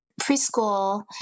preschool